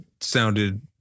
sounded